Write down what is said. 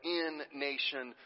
in-nation